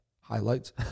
Highlights